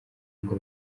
ngo